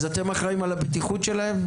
אז אתם אחראים על הבטיחות שלהם?